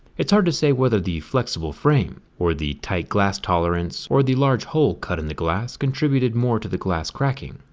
it's hard to say whether the flexible frame or the tight glass tolerance, or the large hole cut in the glass contributed more to the glass cracking.